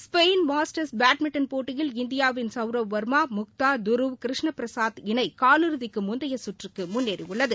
Spain masters badminton போட்டியில் இந்தியாவின் சௌவ்ரவ் வர்மா முக்தா துருவ் கிருஷ்ணபிரசாத் இணை காலிறுதிக்கு முந்தைய சுற்றுக்கு முன்னேறியுள்ளது